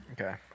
Okay